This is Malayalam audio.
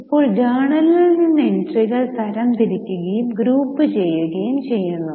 ഇപ്പോൾ ജേണലിൽ നിന്ന് എൻട്രികൾ തരംതിരിക്കുകയും ഗ്രൂപ്പുചെയ്യുകയും ചെയ്യുന്നു